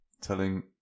telling